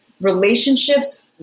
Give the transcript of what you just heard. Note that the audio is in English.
relationships